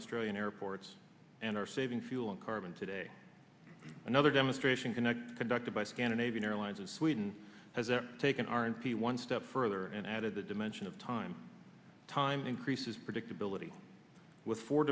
australian airports and are saving fuel on carbon today another demonstration connect conducted by scandinavian airlines of sweden has taken our n p one step further and added the dimension of time time increases predictability with four